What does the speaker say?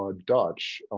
ah dutch. ah